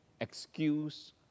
excuse